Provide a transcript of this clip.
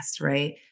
right